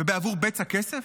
ובעבור בצע כסף?